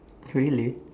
really